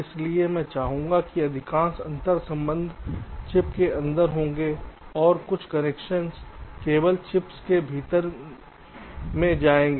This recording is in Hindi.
इसलिए मैं चाहूंगा कि अधिकांश अंतर्संबंध चिप के अंदर होंगे और कुछ कनेक्शन केवल चिप्स के बीच में जाएंगे